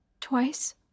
Twice